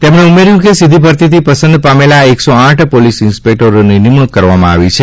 તેમણે ઉમેર્યુ કે સીધી ભરતીથી પસંદ પામેલા એકસો આઠ પોલીસ ઈન્સ્પેકટરોની નિમણુંક કરવામાં આવી છે